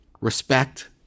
Respect